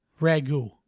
ragu